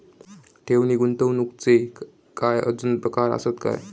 ठेव नी गुंतवणूकचे काय आजुन प्रकार आसत काय?